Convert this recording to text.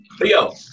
yo